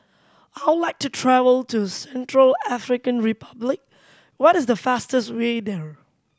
I would like to travel to Central African Republic what is the fastest way there